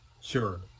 Sure